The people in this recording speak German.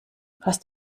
fast